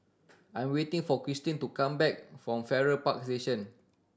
I'm waiting for Christene to come back from Farrer Park Station